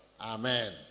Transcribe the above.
Amen